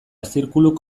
zirkuluk